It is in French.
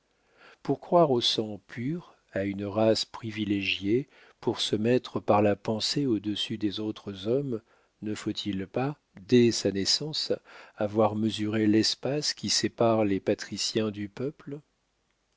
pour croire au sang pur à une race privilégiée pour se mettre par la pensée au-dessus des autres hommes ne faut-il pas dès sa naissance avoir mesuré l'espace qui sépare les patriciens du peuple